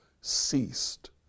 ceased